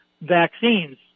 vaccines